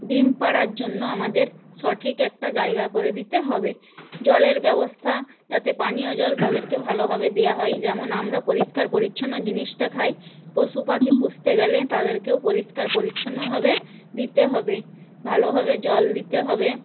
ডিম পাড়ার জন্য আমাদের সঠিক একটা জায়গা করে দিতে হবে জলের ব্যবস্থা যাতে পানীয় জল তাদেরকে ভালোভাবে দেয়া হয় যেমন আমরা পরিষ্কার পরিচ্ছন্ন জিনিসটা খাই পশু পাখি পুষতে গেলে তাদেরকেও পরিষ্কার পরিচ্ছন্নভাবে দিতে হবে ভালোভাবে জল দিতে হবে